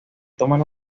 toman